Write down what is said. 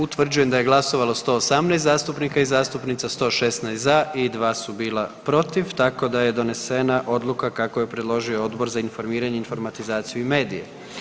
Utvrđujem da je glasovalo 118 zastupnika i zastupnica, 116 za i 2 su bila protiv, tako da je donesena Odluka kako ju je predložio Odbor za informiranje, informatizaciju i medije.